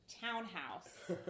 townhouse